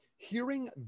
Hearing